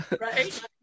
Right